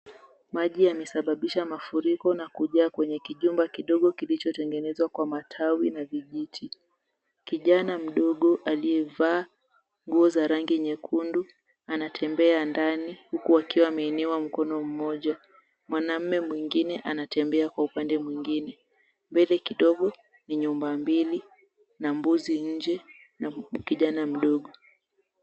Maji yamesababisha mafuriko na kujaa kwenye kijumba kidogo kilichotengenezwa kwa matawi na vijiti. Kijana mdogo aliyevaa nguo za rangi nyekundu anatembea ndani huku wakiwa ameinua ya mkono mmoja. Mwanaume mwingine anatembea kwa upande mwingine. Mbele kidogo ni nyumba mbili na mbuzi nje, na kijana mdogo.